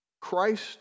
Christ